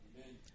Amen